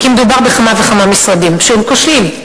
כי מדובר בכמה וכמה משרדים שהם כושלים.